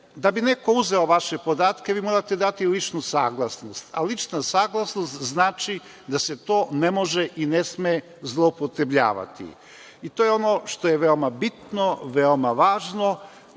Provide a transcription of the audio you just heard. da bi neko uzeo vaše podatke, vi morate dati ličnu saglasnost, a lična saglasnost znači da se to ne može i ne sme zloupotrebljavati. To je ono što je veoma bitno, veoma važno.